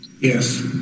Yes